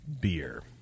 beer